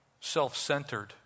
Self-centered